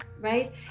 Right